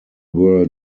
were